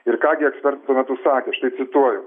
ir ką gi eksper tuo metu sakė štai cituoju